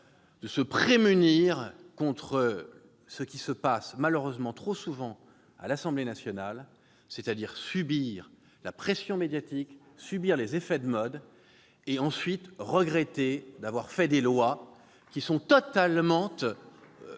de se prémunir contre ce qui se passe malheureusement trop souvent à l'Assemblée nationale. À force de subir la pression médiatique, les effets de mode, on finit par regretter d'avoir élaboré des lois totalement